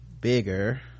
bigger